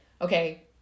okay